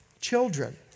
children